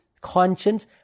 conscience